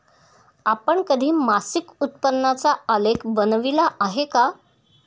आपण कधी मासिक उत्पन्नाचा आलेख बनविला आहे का?